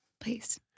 Please